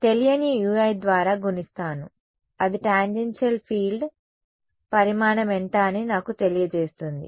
తెలియని ui ద్వారా గుణిస్తాను అది టాంజెన్షియల్ ఫీల్డ్ పరిమాణం ఎంత అని నాకు తెలియజేస్తుంది